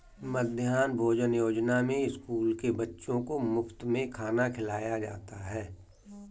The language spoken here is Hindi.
मध्याह्न भोजन योजना में स्कूल के बच्चों को मुफत में खाना खिलाया जाता है